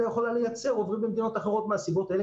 יכולה לייצר עוברים למדינות אחרות מהסיבות האלה,